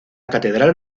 catedral